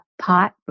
pot